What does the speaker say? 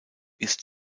ist